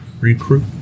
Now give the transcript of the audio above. recruit